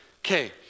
Okay